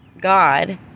God